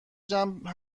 جمع